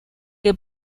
que